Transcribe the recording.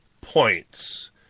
points